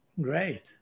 Great